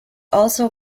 also